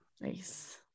nice